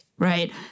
right